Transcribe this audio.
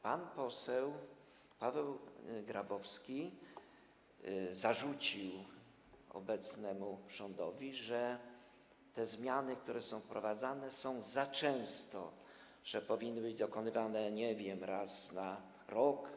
Pan poseł Paweł Grabowski zarzucił obecnemu rządowi, że te zmiany są wprowadzane za często, powinny być dokonywane, nie wiem, raz na rok.